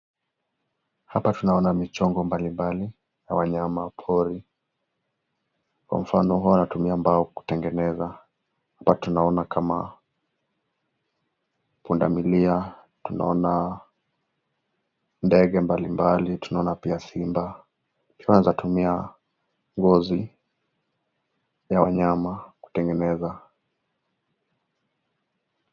Hapa tunaona michingo mbalimbali ya wanyama pori. Kwa mfano hao wanatumia mbao kutengeneza. Hapa tunaona kama punda milia, tunaona ndege mbalimbali, tunaona pia simba, tunaweza tumia ngozi za wanyama kutengeneza.